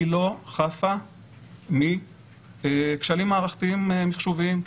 היא לא חפה מכשלים מערכתיים מחשובים.